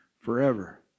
forever